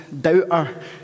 doubter